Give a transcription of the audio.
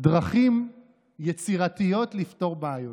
דרכים יצירתיות לפתור בעיות.